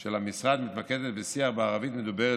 התוכנית של המשרד מתמקדת בשיח בערבית מדוברת